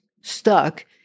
stuck